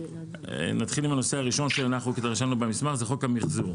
נתחיל בנושא הראשון שהנחנו, חוק המחזור.